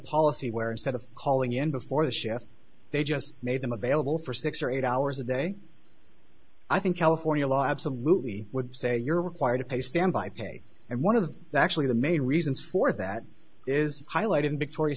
policy where instead of calling in before the show if they just made them available for six or eight hours a day i think california law absolutely would say you're required to pay standby pay and one of the actually the main reasons for that is highlighted in victoria's